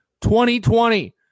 2020